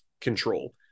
control